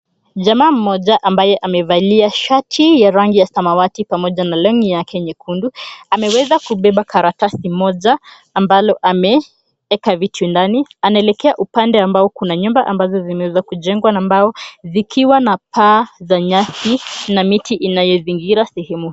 Jamaa mmoja ambaye amevalia shati ya rangi ya samawati pamoja na longi yake nyekundu, ameweza kubeba karatasi moja ambalo ameeka vitu ndani. Anaelekea upande ambao kuna nyumba ambazo zimeweza kujengwa na mbao zikiwa na paa za nyasi na miti inayozingira sehemu.